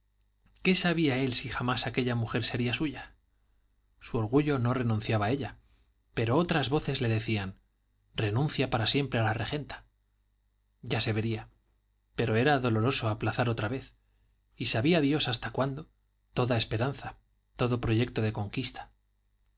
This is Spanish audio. qué sabía él si jamás aquella mujer sería suya su orgullo no renunciaba a ella pero otras voces le decían renuncia para siempre a la regenta ya se vería pero era doloroso aplazar otra vez y sabía dios hasta cuándo toda esperanza todo proyecto de conquista